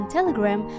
Telegram